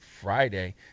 Friday